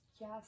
Yes